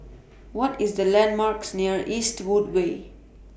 What IS The landmarks near Eastwood Way